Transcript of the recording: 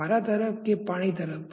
પારા તરફ કે પાણી તરફ